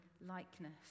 likeness